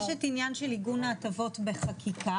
יש את עניין של עיגון ההטבות בחקיקה,